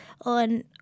on